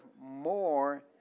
more